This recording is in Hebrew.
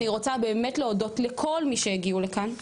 אני רוצה באמת להודות לכל מי שהגיעו לכאן,